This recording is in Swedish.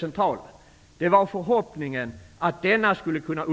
Han fortsätter: ''Det var förhoppningen att denna skulle kunna